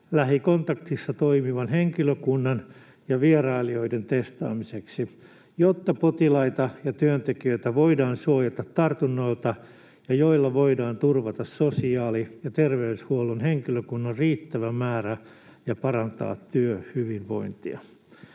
lähikontaktissa toimivan henkilökunnan ja vierailijoiden testaamiseksi, jotta potilaita ja työntekijöitä voidaan suojata tartunnoilta ja jotta voidaan turvata sosiaali‑ ja terveydenhuollon henkilökunnan riittävä määrä ja parantaa työhyvinvointia.”